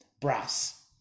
brass